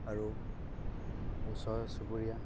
আৰু ওচৰ চুবুৰীয়া